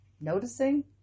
noticing